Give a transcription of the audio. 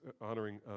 honoring